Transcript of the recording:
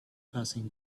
passing